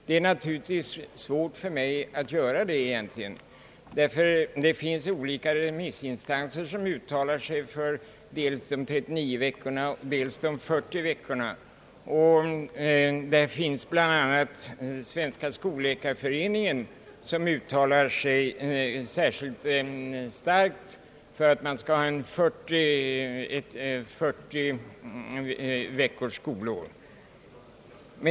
Det är egentligen svårt för mig att göra detta, eftersom många remissinstanser uttalar sig för det ena eller det andra av dessa alternativ. Svenska skoläkarföreningen uttalar sig t.ex. särskilt starkt för ett skolår på 40 veckor.